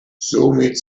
somit